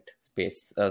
space